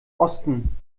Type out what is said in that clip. osten